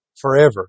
forever